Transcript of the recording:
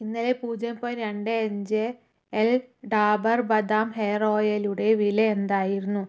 ഇന്നലെ പൂജ്യം പോയിൻറ്റ് രണ്ട് അഞ്ച് എൽ ഡാബർ ബദാം ഹെയർ ഓയിലുടെ വില എന്തായിരുന്നു